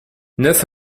neuf